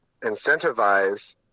incentivize